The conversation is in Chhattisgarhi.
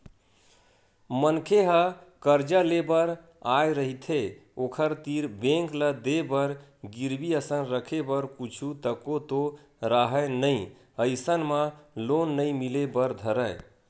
मनखे ह करजा लेय बर आय रहिथे ओखर तीर बेंक ल देय बर गिरवी असन रखे बर कुछु तको तो राहय नइ अइसन म लोन नइ मिले बर धरय